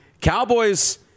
Cowboys